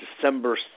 December